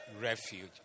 refuge